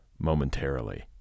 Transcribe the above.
momentarily